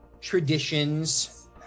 traditions